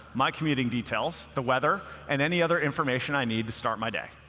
my commuting details, the weather, and any other information i need to start my day.